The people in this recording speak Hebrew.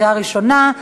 לקריאה ראשונה.